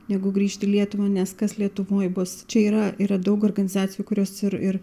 negu grįžt į lietuvą nes kas lietuvoj bus čia yra yra daug organizacijų kurios ir ir